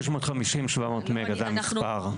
650-700 מגה, זה המספר.